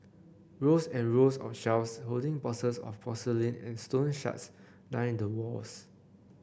rows and rows of shelves holding boxes of porcelain and stone shards line the walls